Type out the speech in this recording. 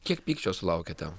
kiek pykčio sulaukiate